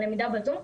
הלמידה ב-זום,